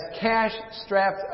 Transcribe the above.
cash-strapped